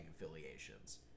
affiliations